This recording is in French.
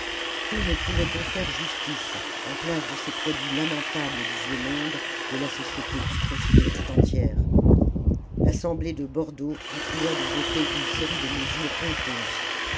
que ne pouvait-on faire justice en place de ces produits lamentables du vieux monde de la société putréfiée tout entière l'assemblée de bordeaux continua de voter une série de mesures honteuses